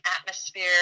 atmosphere